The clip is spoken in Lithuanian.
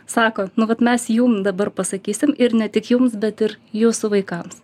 sako vat mes jum dabar pasakysim ir ne tik jums bet ir jūsų vaikams